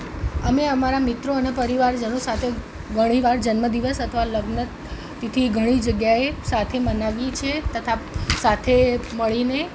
અમે અમારા મિત્રો અને પરિવારજનો સાથે ઘણી વાર જન્મદિવસ અથવા લગ્નતિથિ ઘણી જગ્યાએ સાથે મનાવી છે તથા સાથે મળીને